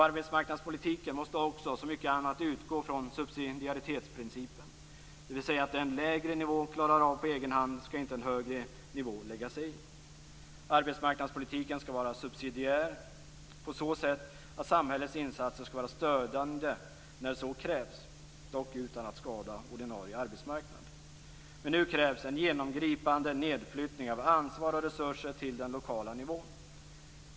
Arbetsmarknadspolitiken måste också, som så mycket annat, utgå från subsidiaritetsprincipen, dvs. det en lägre nivå klarar av på egen hand skall inte en högre nivå lägga sig i. Arbetsmarknadspolitiken skall vara subsidiär på så sätt att samhällets insatser skall vara stödjande när så krävs, dock utan att skada ordinarie arbetsmarknad. Nu krävs en genomgripande nedflyttning av ansvar och resurser till den lokala nivån.